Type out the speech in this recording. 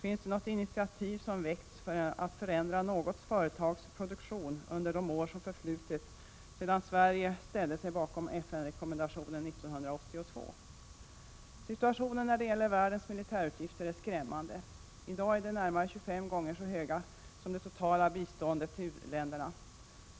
Finns det något initiativ som väckts för att förändra något företags produktion under de år som förflutit sedan Sverige ställde sig bakom FN-rekommendationen 1982? Situationen när det gäller världens militärutgifter är skrämmande. I dag är de närmare 25 gånger så höga som det totala biståndet till u-länderna.